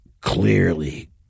clearly